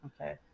Okay